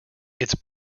its